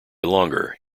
longer